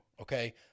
okay